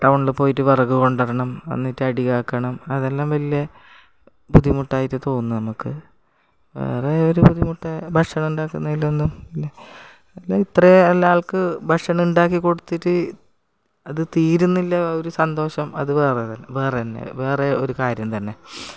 ടൗണിൽ പോയിട്ട് വിറക് കൊണ്ടു വരണം എന്നിട്ടടിയാക്കണം അതെല്ലാം വലിയ ബുദ്ധിമുട്ടായിട്ട് തോന്നുന്നു നമുക്ക് വേറെ ഒരു ബുദ്ധിമുട്ട് ഭക്ഷണമുണ്ടാക്കുന്നതിലൊന്നും അല്ല ഇത്രയേ ഉള്ള ആൾക്ക് ഭക്ഷണമുണ്ടാക്കി കൊടുത്തിട്ട് അതു തീരുന്നില്ല ഒരു സന്തോഷം അതു വേറെ തന്നെ വേറെ ഒരു കാര്യം തന്നെ